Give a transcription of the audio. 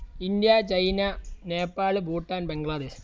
India China Nepal Bhutan Bangladesh